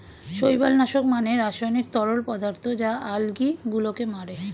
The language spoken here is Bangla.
শৈবাল নাশক মানে রাসায়নিক তরল পদার্থ যা আলগী গুলোকে মারে